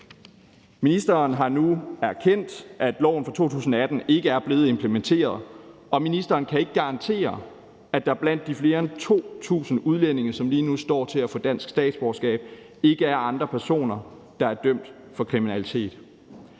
Ministeren har nu erkendt, at loven fra 2018 ikke er blevet implementeret. Og ministeren kan ikke garantere, at der blandt de flere end 2.000 udlændinge, som lige nu står til at få dansk statsborgerskab, ikke er andre personer, der er dømt for kriminalitet.